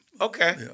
Okay